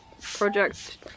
Project